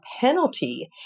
penalty